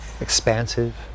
expansive